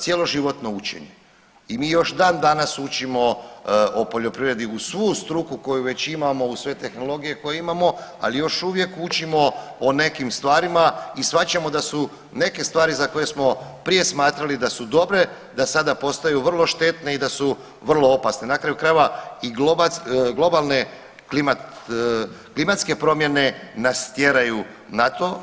Cjeloživotno učenje i mi još dan danas učimo o poljoprivredi uz svu struku koju već imamo, uz sve tehnologije koje imamo, ali još uvijek učimo o nekim stvarima i shvaćamo da su neke stvari za koje smo prije smatrali da su dobre da sada postaju vrlo štetne i da su vrlo opasne, na kraju krajeva i globalne klimatske promjene nas tjeraju na to.